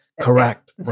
Correct